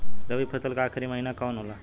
रवि फसल क आखरी महीना कवन होला?